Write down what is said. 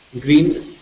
green